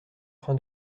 train